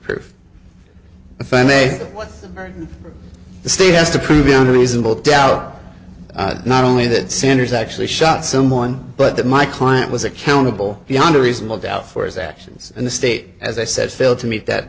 proof if i may or the state has to prove beyond a reasonable doubt not only that sanders actually shot someone but that my client was accountable beyond a reasonable doubt for his actions and the state as i said failed to meet that